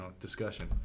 discussion